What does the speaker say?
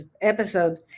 episode